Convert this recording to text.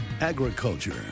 Agriculture